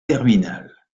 terminale